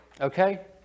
Okay